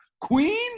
Queen